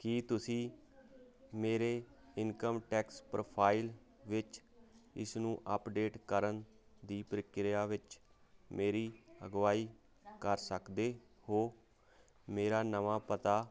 ਕੀ ਤੁਸੀਂ ਮੇਰੇ income tax profile ਵਿੱਚ ਇਸ ਨੂੰ ਅਪਡੇਟ ਕਰਨ ਦੀ ਪ੍ਰਕਿਰਿਆ ਵਿੱਚ ਮੇਰੀ ਅਗਵਾਈ ਕਰ ਸਕਦੇ ਹੋ ਮੇਰਾ ਨਵਾਂ ਪਤਾ